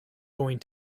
going